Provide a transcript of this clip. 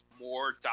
more